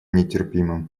нетерпима